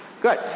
Good